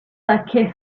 saké